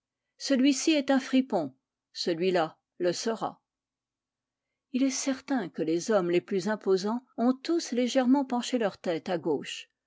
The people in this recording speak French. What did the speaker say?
celui-ci est un fripon celui-là le sera il est certain que les hommes les plus imposants ont tous légèrement penché leur tête à gauche